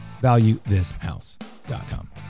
Valuethishouse.com